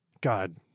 God